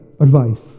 advice